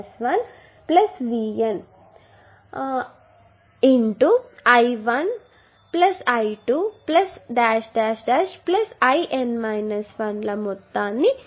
IN 1 ల మొత్తాన్ని ఇస్తుంది ఇది తిరిగి వ్రాయబడుతుంది